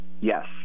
Yes